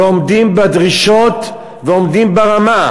ועומדים בדרישות ועומדים ברמה,